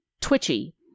twitchy